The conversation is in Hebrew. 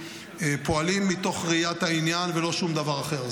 פועלים מתוך ראיית העניין ולא שום דבר אחר.